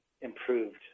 improved